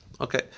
Okay